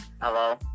hello